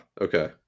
Okay